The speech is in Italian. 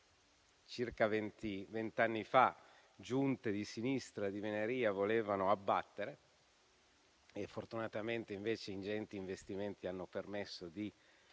circa vent'anni fa le giunte di sinistra volevano abbattere e fortunatamente, invece, ingenti investimenti hanno permesso di